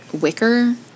wicker